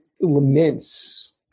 laments